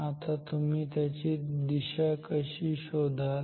आता तुम्ही त्याची दिशा कशी शोधाल